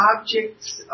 objects